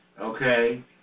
Okay